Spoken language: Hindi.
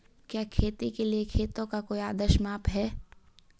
क्या खेती के लिए खेतों का कोई आदर्श माप है?